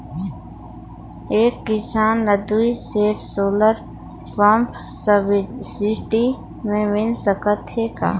एक किसान ल दुई सेट सोलर पम्प सब्सिडी मे मिल सकत हे का?